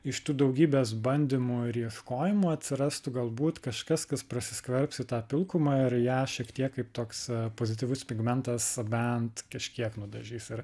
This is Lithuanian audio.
iš tų daugybės bandymų ir ieškojimų atsirastų galbūt kažkas kas prasiskverbs į tą pilkumą ir ją šiek tiek kaip toks pozityvus pigmentas bent kažkiek nudažys ir